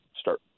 start